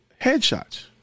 headshots